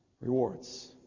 Rewards